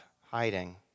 hiding